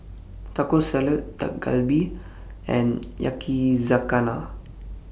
Taco Salad Dak Galbi and Yakizakana